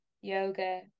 yoga